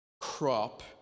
crop